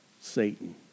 Satan